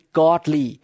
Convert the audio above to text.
godly